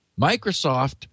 Microsoft